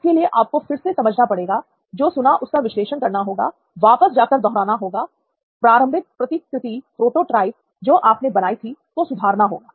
इसके लिए आपको फिर से समझना पड़ेगा जो सुना उसका विश्लेषण करना होगा वापस जाकर दोहराना होगा प्रारंभिक प्रतिकृति जो आपने बनाई थी को सुधारना होगा